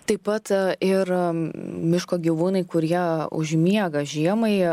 taip pat ir miško gyvūnai kurie užmiega žiemai